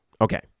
Okay